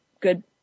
good